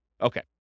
Okay